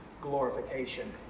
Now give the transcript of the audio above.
glorification